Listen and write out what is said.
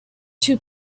two